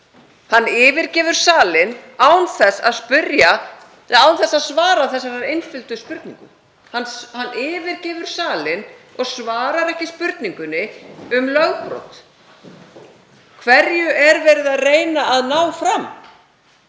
Hann yfirgefur salinn án þess að svara þessari einföldu spurningu. Hann yfirgefur salinn og svarar ekki spurningunni um lögbrot. Hverju er verið að reyna að ná fram?